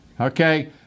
Okay